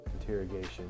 interrogation